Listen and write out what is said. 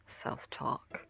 self-talk